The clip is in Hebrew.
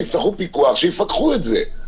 אם צריך פיקוח, שיפקחו על זה.